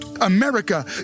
America